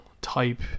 type